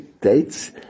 dates